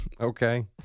Okay